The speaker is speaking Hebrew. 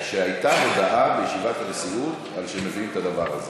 שהייתה הודעה בישיבת הנשיאות על שמביאים את הדבר הזה.